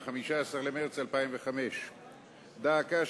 ב-15 במרס 2005. דא עקא,